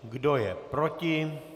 Kdo je proti?